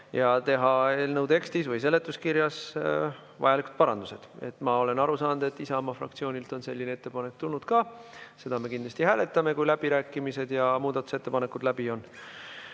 ja teha eelnõu tekstis või seletuskirjas vajalikud parandused. Ma olen aru saanud, et Isamaa fraktsioonilt on selline ettepanek ka tulnud. Seda me kindlasti hääletame, kui läbirääkimised on peetud ja muudatusettepanekud läbi